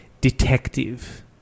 detective